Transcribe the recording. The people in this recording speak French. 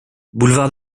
boulevard